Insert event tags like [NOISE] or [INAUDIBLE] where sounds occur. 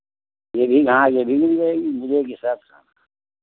यह भी हाँ यह भी मिल जाएगी [UNINTELLIGIBLE]